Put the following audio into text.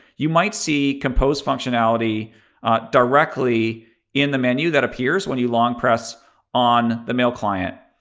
you might see compose functionality directly in the menu that appears when you long press on the mail client.